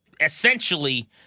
essentially